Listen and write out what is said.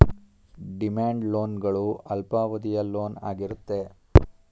demand loan ಗಳು ಅಲ್ಪಾವಧಿಯ loan ಆಗಿರುತ್ತೆ